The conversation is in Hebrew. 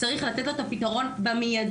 צריך לתת לו את הפתרון במידי.